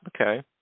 Okay